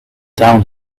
down